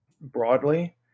broadly